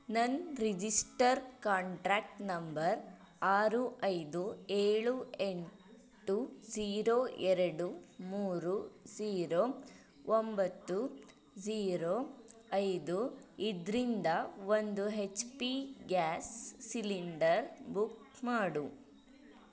ನನ್ನ register contract number ಆರು ಐದು ಏಳು ಎಂಟು ಝೀರೋ ಎರಡು ಮೂರು ಝೀರೋ ಒಂಬತ್ತು ಝೀರೋ ಐದು ಇದ್ರಿಂದ ಒಂದು H P gas cylinder book ಮಾಡು